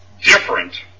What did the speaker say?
Different